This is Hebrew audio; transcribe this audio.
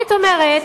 היית אומרת: